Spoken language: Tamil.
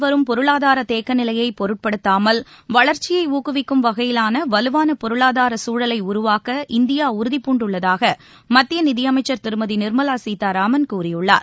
வரும் பொருளாதார தேக்கநிலையை பொருட்படுத்தாமல் வளர்ச்சியை தற்போது நிலவி ஊக்குவிக்கும் வகையிலான வலுவான பொருளாதார சூழலை உருவாக்க இந்தியா உறுதிபூண்டுள்ளதாக மத்திய நிதியமைச்சர் திருமதி நிர்மலா சீதாராமன் கூறியுள்ளார்